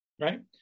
right